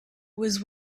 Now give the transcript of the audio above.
was